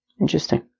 Interesting